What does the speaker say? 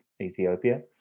Ethiopia